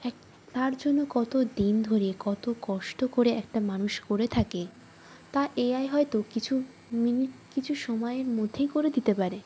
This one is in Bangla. এক তার জন্য কত দিন ধরে কত কষ্ট করে একটা মানুষ করে থাকে তা এ আই হয়তো কিছু মিনিট কিছু সময়ের মধ্যেই করে দিতে পারে